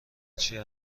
چیه